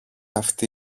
αυτή